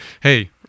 Hey